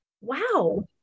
Wow